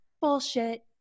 bullshit